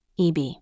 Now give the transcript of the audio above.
EB